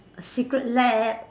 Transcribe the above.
secret lab